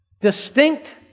Distinct